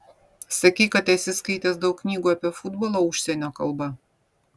sakei kad esi skaitęs daug knygų apie futbolą užsienio kalba